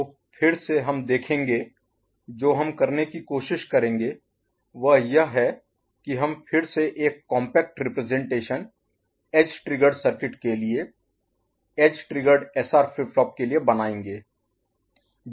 तो फिर से हम देखेंगे जो हम करने की कोशिश करेंगे वह यह है की हम फिर से एक compact representation edge triggered circuit के लिए edge triggered SR flip flop के लिए बनाएंगे